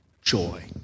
Joy